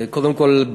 קודם כול,